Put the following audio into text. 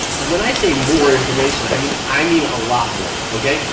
and when i say more information i mean i mean a lot more, okay.